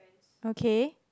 okay